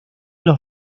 los